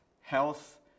health